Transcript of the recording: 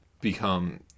Become